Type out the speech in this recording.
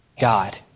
God